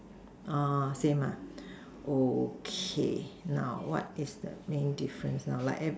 orh same ah okay now what is the main difference now like every